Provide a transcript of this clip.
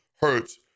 hurts